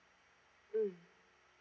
mm